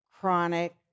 chronic